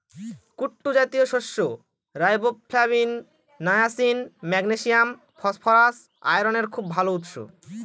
কুট্টু জাতীয় শস্য riboflavin, niacin, magnesium, phosphorus, আয়রনের খুব ভাল উৎস